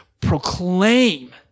proclaim